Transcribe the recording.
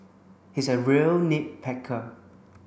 he is a real nit